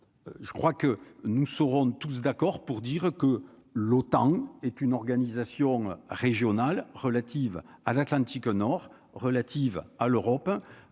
je crois que nous saurons tous d'accord pour dire que l'OTAN est une organisation régionale relatives à l'Atlantique nord, relatives à l'Europe,